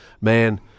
man